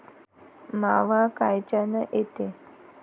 मावा कायच्यानं येते?